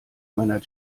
meiner